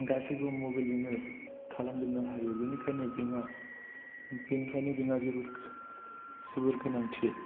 गासैबो मबाइल जोंनो खालामजोबनो हायो बेनिखायनो बेंक आ जोबोद गोनांथि